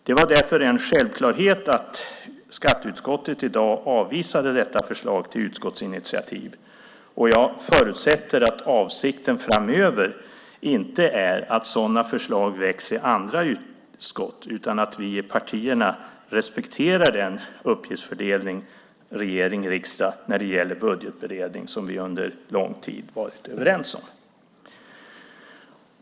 Det var därför en självklarhet att skatteutskottet i dag avvisade detta förslag till utskottsinitiativ. Jag förutsätter att avsikten framöver inte är att sådana förslag väcks i andra utskott utan att vi i partierna respekterar uppgiftsfördelningen mellan regering och riksdag när det gäller budgetberedning och det vi under lång tid varit överens om.